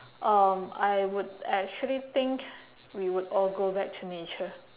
um I would actually think we would all go back to nature